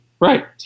Right